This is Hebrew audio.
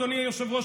אדוני היושב-ראש,